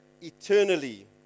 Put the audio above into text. eternally